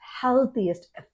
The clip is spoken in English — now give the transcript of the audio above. healthiest